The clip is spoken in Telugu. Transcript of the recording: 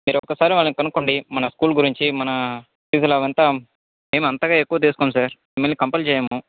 మీరు ఒక్కసారి వాళ్ళని కనుక్కోండి మన స్కూల్ గురించి మన ఫీజులు అవంతా ఏం అంతగా ఎక్కువ తీసుకోము సార్ మిమ్మల్ని కంపెల్ చేయము